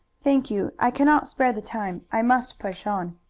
thank you. i cannot spare the time. i must push on.